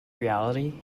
reality